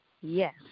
Yes